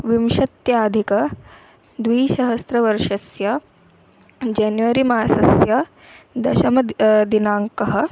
विंशत्यधिकद्विसहस्रवर्षस्य जन्वरि मासस्य दशम दिनाङ्कः